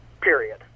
Period